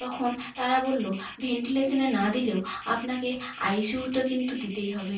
তখন তারা বললো ভেন্টিলেশানে না দিলেও আপনাকে আইসিউতে কিন্তু দিতেই হবে